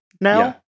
now